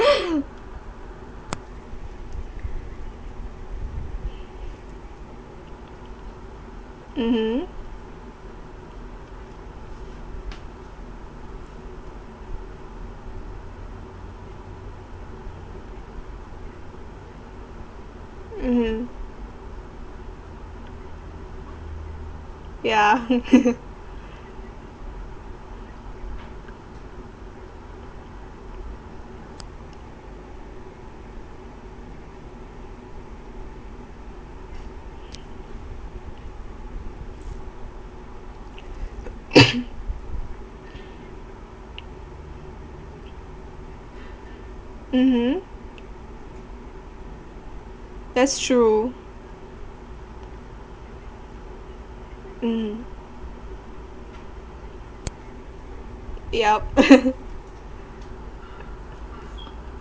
mmhmm mmhmm yeah mmhmm that's true mm yup